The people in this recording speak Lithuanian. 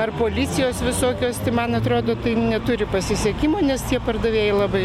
ar policijos visokios ti man atrodo tai neturi pasisekimo nes tie pardavėjai labai